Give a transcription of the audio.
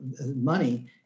money